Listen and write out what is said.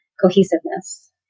cohesiveness